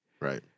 Right